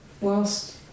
whilst